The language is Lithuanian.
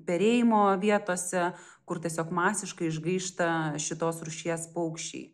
perėjimo vietose kur tiesiog masiškai išgaišta šitos rūšies paukščiai